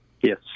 yes